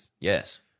Yes